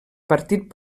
partit